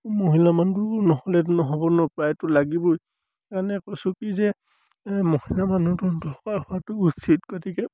মহিলা মানুহো নহ'লে নহ'ব ন প্ৰায়তো লাগিবই সেইকাৰণে কৈছোঁ কি যে মহিলা মানুহটো দৰকাৰ হোৱাটো উচিত গতিকে